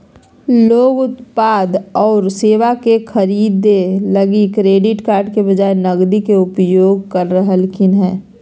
लोग उत्पाद आऊ सेवा के खरीदे लगी क्रेडिट कार्ड के बजाए नकदी के उपयोग कर रहलखिन हें